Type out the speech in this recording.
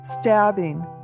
stabbing